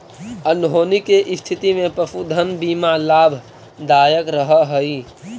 अनहोनी के स्थिति में पशुधन बीमा लाभदायक रह हई